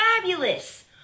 fabulous